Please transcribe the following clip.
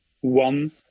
one